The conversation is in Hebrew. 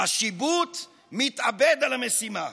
השיבוט מתאבד על המשימה,